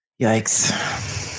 Yikes